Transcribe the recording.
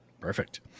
Perfect